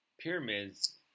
pyramids